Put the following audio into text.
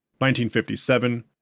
1957